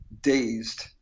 dazed